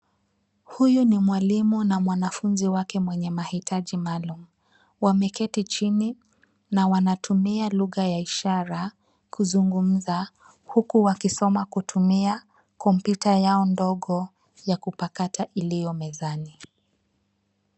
Huyu ni mwalimu na mwanafunzi wake mwenye mahitaji maalum. Wameketi chini na wanatumia lugha ya ishara kuzungumza huku wakisoma kutumia kompyuta yao ndogo ya kupakata iliyo mezani.